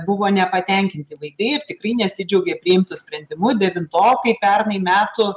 buvo nepatenkinti vaikai ir tikrai nesidžiaugė priimtu sprendimu devintokai pernai metų